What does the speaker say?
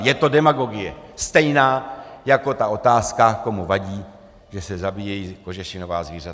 Je to demagogie, stejná jako ta otázka, komu vadí, že se zabíjejí kožešinová zvířata.